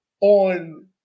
on